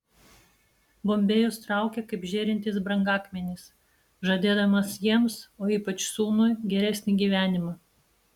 bombėjus traukia kaip žėrintis brangakmenis žadėdamas jiems o ypač sūnui geresnį gyvenimą